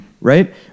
Right